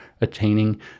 attaining